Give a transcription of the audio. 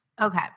Okay